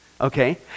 okay